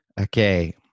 Okay